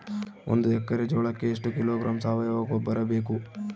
ಒಂದು ಎಕ್ಕರೆ ಜೋಳಕ್ಕೆ ಎಷ್ಟು ಕಿಲೋಗ್ರಾಂ ಸಾವಯುವ ಗೊಬ್ಬರ ಬೇಕು?